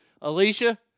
Alicia